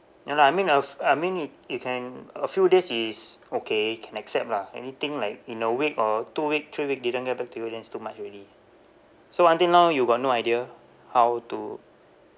ya lah I mean I al~ I mean it you can a few days is okay can accept lah anything like in a week or two week three week didn't get back to you then it's too much already so until now you got no idea how to